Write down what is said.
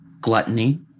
gluttony